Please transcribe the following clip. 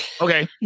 okay